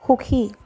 সুখী